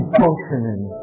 functioning